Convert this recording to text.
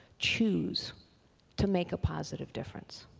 choose to make a positive difference.